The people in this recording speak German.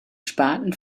spaten